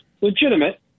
Legitimate